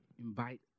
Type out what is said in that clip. invite